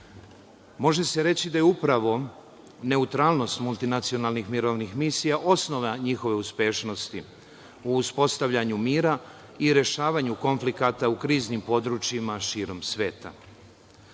Može se reći da je upravo neutralnost multinacionalnih mirovnih misija osnova njihove uspešnosti u uspostavljanju mira i rešavanju konflikata u kriznim područjima širom sveta. Danas